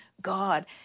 God